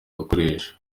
gukoresha